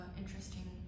interesting